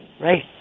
Right